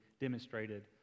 demonstrated